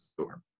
store